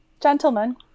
gentlemen